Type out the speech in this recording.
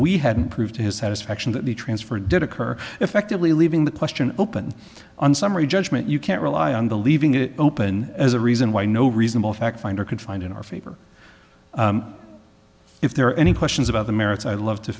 we hadn't proved his satisfaction that the transfer did occur effectively leaving the question open on summary judgment you can't rely on the leaving it open as a reason why no reasonable fact finder could find in our favor if there are any questions about the merits i'd love to